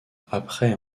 après